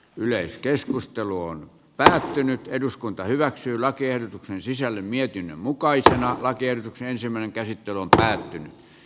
yleiskeskustelu on pääosin eduskunta hyväksyy lakiehdotukseen sisälly mietinnön mukaisena vaatien ensimmäinen käsittely on puoltaa